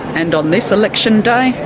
and on this election day,